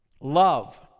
Love